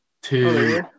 two